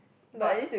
but